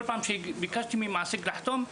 כל פעם כשביקשתי ממעסיק לחתום,